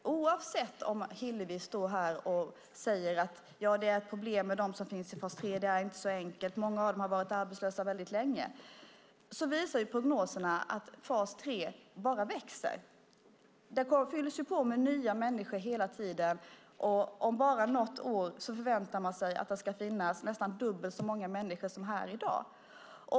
Oavsett om Hillevi Engström säger att det är ett problem med dem som finns i fas 3 och att det inte är så enkelt eftersom många av dem varit arbetslösa väldigt länge visar prognoserna att fas 3 bara växer. Det fylls på med nya människor hela tiden, och om bara något år förväntas där finnas nästan dubbelt så många som i dag.